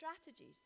strategies